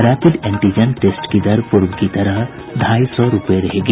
rapid antigen test की दर पूर्व की तरह ढ़ाई सौ रूपये रहेगी